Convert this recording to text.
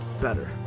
better